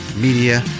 media